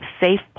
safe